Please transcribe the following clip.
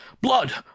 Blood